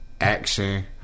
action